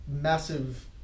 massive